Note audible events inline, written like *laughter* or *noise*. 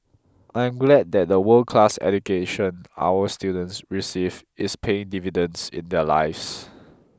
I am glad that the world class education our students receive is paying dividends in their lives *noise*